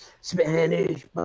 Spanish